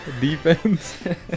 Defense